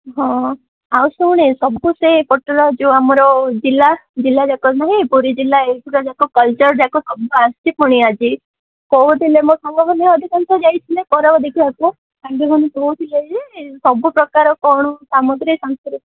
ହଁ ଆଉ ଶୁଣେ ସବୁ ସେପଟର ଯେଉଁ ଆମର ଜିଲ୍ଲା ଜିଲ୍ଲାଯାକ ନୁହେଁ ପୁରୀ ଜିଲ୍ଲା ଏଇଗୁଡ଼ା ଯାକ କଲଚର୍ ଯାକ ସବୁ ଆସିଛି ପୁଣି ଆଜି କହୁଥିଲେ ମୋ ସାଙ୍ଗମାନେ ଅଧିକାଂଶ ଯାଇଥିଲେ ପର୍ବ ଦେଖିଆକୁ ସାଙ୍ଗମାନେ କହୁଥିଲେ ଯେ ସବୁ ପ୍ରକାର କ'ଣ ସାମଗ୍ରୀ ତାଙ୍କର